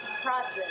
process